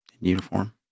Uniform